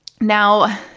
Now